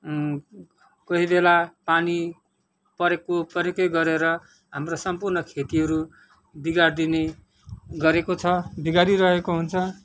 कोही बेला पानी परेको परेकै गरेर हाम्रो सम्पूर्ण खेतीहरू बिगारदिने गरेको छ बिगारिरहेको हुन्छ